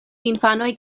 infanoj